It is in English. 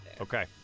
Okay